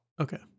Okay